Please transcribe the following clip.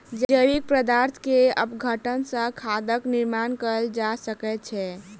जैविक पदार्थ के अपघटन सॅ खादक निर्माण कयल जा सकै छै